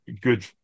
good